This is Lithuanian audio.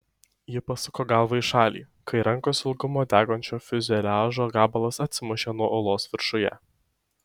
ji pasuko galvą į šalį kai rankos ilgumo degančio fiuzeliažo gabalas atsimušė nuo uolos viršuje